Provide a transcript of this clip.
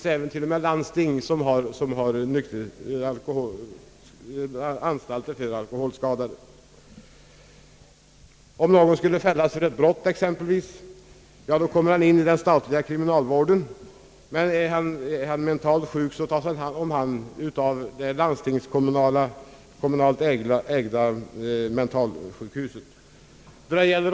Det finns till och med landsting som har anstalter för alkoholskadade. Om någon skulle fällas för brott blir han intagen på en statlig kriminalvårdsanstalt, medan den mentalsjuke tas om hand av det landstingskommunalt ägda mentalsjukhuset.